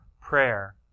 prayer